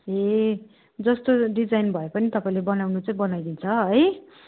ए जस्तो डिजाइन भए पनि तपाईँले बनाउनु चाहिँ बनाइदिन्छ है